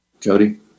Jody